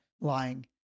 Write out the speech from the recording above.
lying